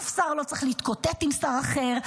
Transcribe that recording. אף שר לא צריך להתקוטט עם שר אחר,